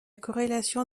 corrélation